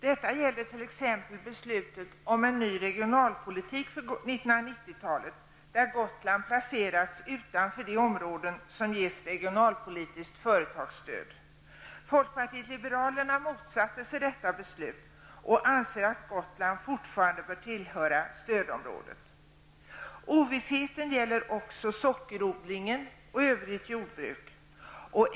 Detta gäller t.ex. beslutet om en ny regionalpolitik för 1990 talet, där Gotland placerats utanför de områden som ges regionalpolitiskt företagsstöd. Folkpartiet liberalerna motsatte sig detta belsut och anser att Gotland fortfarande bör tillhöra stödområdet. Ovissheten gäller också sockerodlingen och övrigt jordbruk.